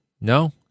No